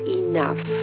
enough